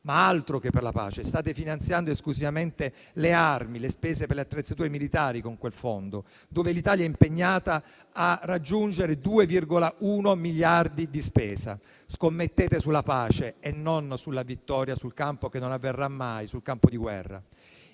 altro che per la pace: state finanziando esclusivamente le armi e le spese per le attrezzature militari con quel fondo. L'Italia è impegnata a raggiungere 2,1 miliardi di spesa. Scommettete sulla pace e non sulla vittoria sul campo di guerra, che non avverrà